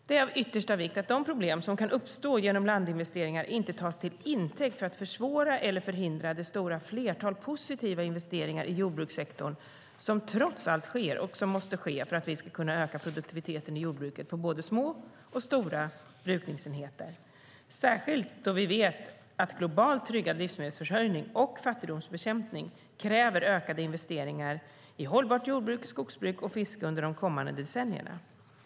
Det är av yttersta vikt att de problem som kan uppstå genom landinvesteringar inte tas till intäkt för att försvåra eller förhindra det stora flertal positiva investeringar i jordbrukssektorn som trots allt sker och som måste ske för att vi ska kunna öka produktiviteten i jordbruket på både små och stora brukningsenheter. Det gäller särskilt då vi vet att globalt tryggad livsmedelsförsörjning och fattigdomsbekämpning kräver ökade investeringar i hållbart jordbruk, skogsbruk och fiske under de kommande decennierna.